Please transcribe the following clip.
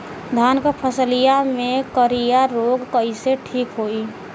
धान क फसलिया मे करईया रोग कईसे ठीक होई?